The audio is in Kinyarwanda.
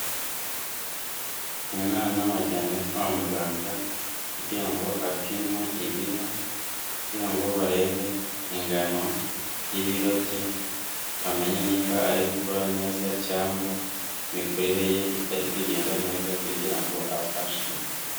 Umwana wajyanwe kwa muganga, kugira ngo apimwe ibiro kugira ngo barebe ingano y'ibiro bye, bamenya nimba ari gukura neza cyangwa imikurire ye itari kugenda neza kugira ngo afashwe.